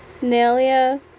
Nelia